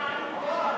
התשע"ג 2013,